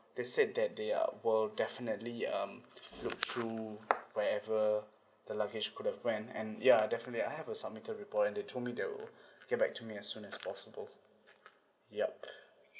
they said that they are will definitely um look through wherever the luggage could've went and ya definitely I have a submitted report and they told me that they will get back to me as soon as possible yup